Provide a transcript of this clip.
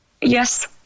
Yes